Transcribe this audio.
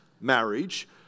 marriage